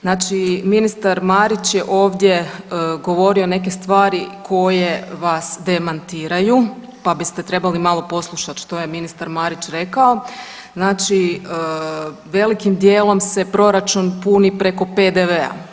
Znači ministar Marić je ovdje govorio neke stvari koje vas demantiraju, pa biste trebali malo poslušat što je ministar Marić rekao, znači velikim dijelom se proračun puni preko PDV-a.